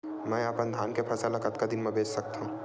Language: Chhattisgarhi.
मैं अपन धान के फसल ल कतका दिन म बेच सकथो?